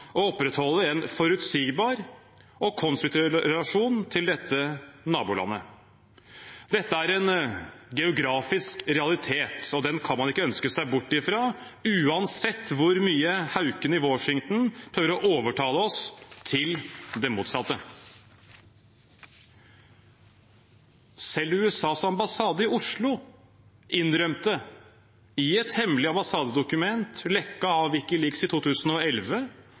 å opprettholde en forutsigbar og konstruktiv relasjon til dette nabolandet. Det er en geografisk realitet, og den kan man ikke ønske seg bort fra, uansett hvor mye haukene i Washington prøver å overtale oss til det motsatte. Selv USAs ambassade i Oslo innrømte i et hemmelig ambassadedokument, lekket av WikiLeaks i 2011,